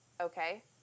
okay